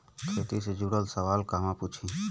खेती से जुड़ल सवाल कहवा पूछी?